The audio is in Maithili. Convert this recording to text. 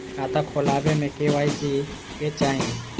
खाता खोला बे में के.वाई.सी के चाहि?